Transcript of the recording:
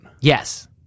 Yes